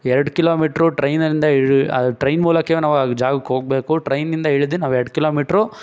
ಎರಡು ಕಿಲೋಮೀಟ್ರು ಟ್ರೈನಿಂದ ಇಳಿ ಟ್ರೈನ್ ಮೂಲಕವೇ ನಾವು ಆ ಜಾಗಕ್ಕೆ ಹೋಗಬೇಕು ಟ್ರೈನಿಂದ ಇಳ್ದು ನಾವು ಎರಡು ಕಿಲೋಮೀಟ್ರು